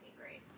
great